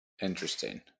Interesting